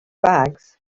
bags